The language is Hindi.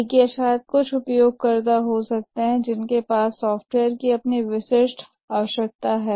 एक या शायद कुछ उपयोगकर्ता हो सकते हैं जिनके पास सॉफ़्टवेयर की अपनी विशिष्ट आवश्यकता है